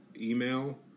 email